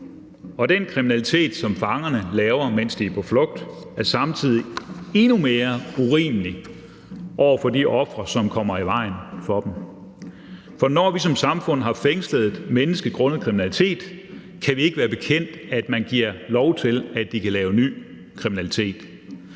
og den kriminalitet, som fangerne laver, mens de er på flugt, er samtidig endnu mere urimelig over for de ofre, som kommer i vejen for dem. For når vi som samfund har fængslet et menneske grundet kriminalitet, kan vi ikke være bekendt, at man giver lov til, at de kan lave ny kriminalitet.